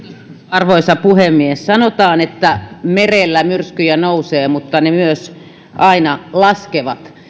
arvoisa puhemies sanotaan että merellä myrskyjä nousee mutta ne myös aina laskevat